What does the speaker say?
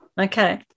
Okay